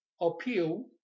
appeal